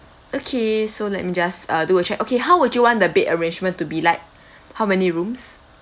okay so let me just uh do a check okay how would you want the bed arrangement to be like how many rooms